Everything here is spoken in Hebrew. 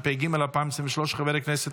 האם יש חברי כנסת